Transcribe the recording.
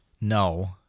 No